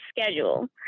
schedule